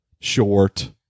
short